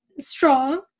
strong